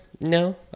No